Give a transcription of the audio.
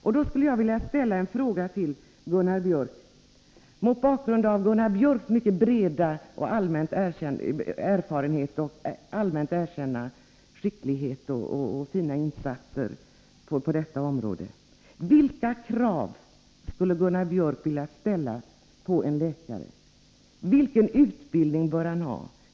Jag skulle vilja ställa en fråga till Gunnar Biörck, mot bakgrund av Gunnar Biörcks mycket breda erfarenhet och allmänt erkända skicklighet och fina insatser på detta område: Vilka krav skulle Gunnar Biörck vilja ställa på en läkare? Vilken utbildning bör han ha?